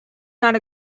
not